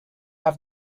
have